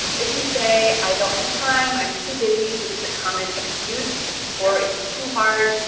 if you say, i don't have time, i'm too busy, which is a common excuse or it's too hard.